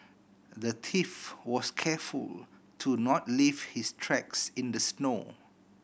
the thief was careful to not leave his tracks in the snow